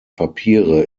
papiere